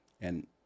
and-